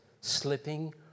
slipping